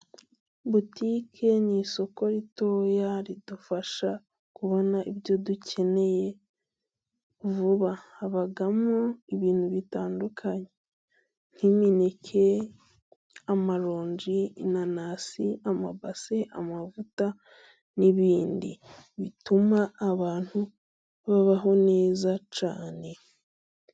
Butike ni isoko ritoya ridufasha kubona ibyo dukeneye vuba habamo ibintu bitandukanye: nk'imineke ,amaronji ,inanasi ,amabase, amavuta n'ibindi bituma abantu babaho neza cyane.